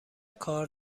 کار